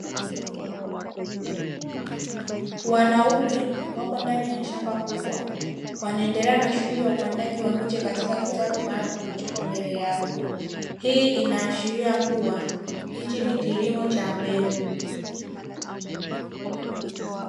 Wanaume wapo ndani ya shamba kubwa, wanaendelea na shughuli ya upandaji wa miche katika kitalu maalumu kilichopo mbele yao. Hii inaashiria kuwa hiki ni kilimo cha mbegu.